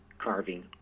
carving